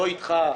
לא איתך,